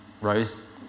rose